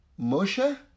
Moshe